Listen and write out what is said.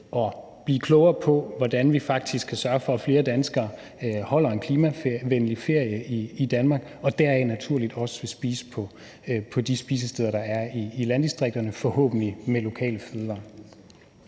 at blive klogere på, hvordan vi faktisk kan sørge for, at flere danskere holder en klimavenlig ferie i Danmark og dermed naturligvis også vil spise på de spisesteder, der i landdistrikterne – forhåbentlig med lokale fødevarer.